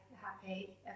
happy